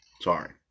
Sorry